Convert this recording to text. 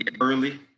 Early